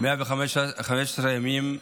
115 ימים,